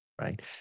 right